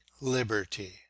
liberty